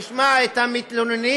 נשמע את המתלוננים,